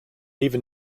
even